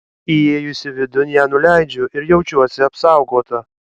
įėjusi vidun ją nuleidžiu ir jaučiuosi apsaugota